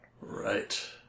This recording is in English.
Right